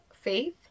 faith